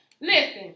Listen